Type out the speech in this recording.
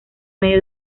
medio